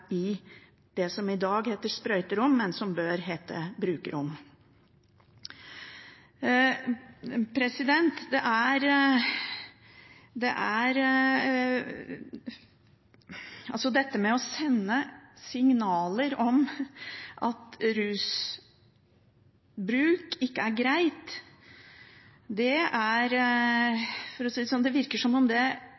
i det som i dag heter sprøyterom, men som bør hete brukerrom. Det å sende signaler om at rusbruk ikke er greit, virker det